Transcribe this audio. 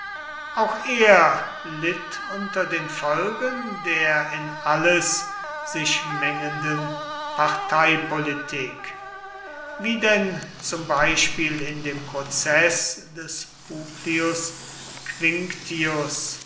auch er litt unter den folgen der in alles sich mengenden parteipolitik wie denn zum beispiel in dem prozeß des publius quinctius